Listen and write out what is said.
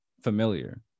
familiar